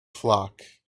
flock